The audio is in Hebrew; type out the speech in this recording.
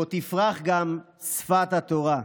/ פה תפרח גם שפת התורה".